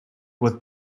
with